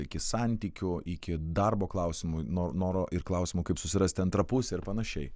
iki santykių iki darbo klausimui no noro ir klausimų kaip susirasti antrą pusę ir panašiai